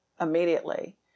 immediately